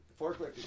forklift